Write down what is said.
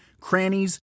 crannies